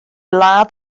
ladd